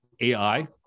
AI